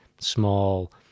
small